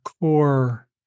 core